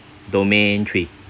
domain three